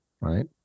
right